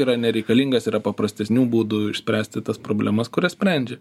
yra nereikalingas yra paprastesnių būdų išspręsti tas problemas kurias sprendžia